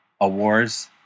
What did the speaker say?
awards